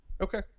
okay